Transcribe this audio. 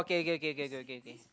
okay okay okay okay okay